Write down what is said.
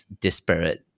disparate